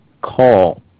Call